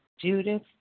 Judith